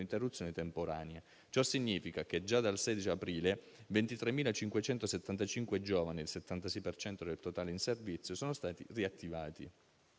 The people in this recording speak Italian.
un'interruzione temporanea. Ciò significa che, già dal 16 aprile, 23.575 giovani (il 76 per cento del totale in servizio) sono stati riattivati.